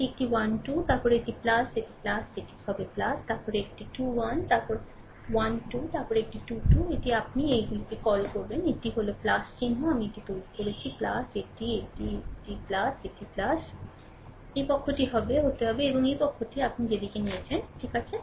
এটি একটি 1 2 তারপর এটি এটি এটি হবে তারপরে একটি ২ 1 তারপরে 1 2 তারপরে একটি 2 2 এটিই আপনি এইগুলিকে কল করেন এটিই হল চিহ্ন আমি এটি তৈরি করেছি এটি এটি এটি এই পক্ষটি হবে হতে হবে এবং এই পক্ষটি আপনি যেদিকে নিয়েছেন ঠিক আছে